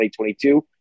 2022